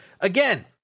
Again